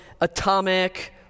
atomic